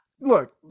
Look